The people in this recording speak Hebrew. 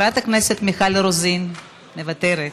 מוותרת,